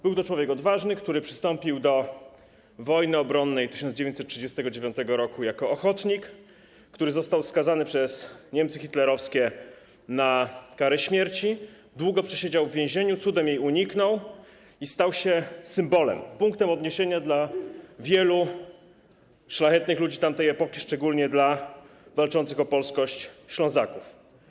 Był to człowiek odważny, który przystąpił do wojny obronnej 1939 r. jako ochotnik, który został skazany przez Niemcy hitlerowskie na karę śmierci, długo przesiedział w więzieniu, cudem jej uniknął i stał się symbolem, punktem odniesienia dla wielu szlachetnych ludzi tamtej epoki, szczególnie dla walczących o polskość Ślązaków.